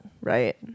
Right